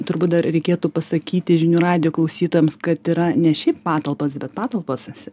turbūt dar reikėtų pasakyti žinių radijo klausytojams kad yra ne šiaip patalpos bet patalpos